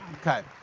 Okay